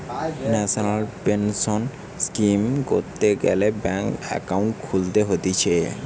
national pension scheme করতে গ্যালে bank account খুলতে হতিছে